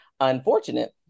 unfortunate